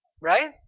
Right